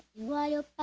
while